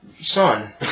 son